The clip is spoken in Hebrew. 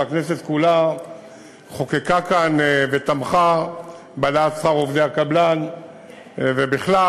והכנסת כולה חוקקה כאן ותמכה בהעלאת שכר עובדי הקבלן ובכלל,